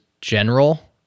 general